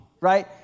right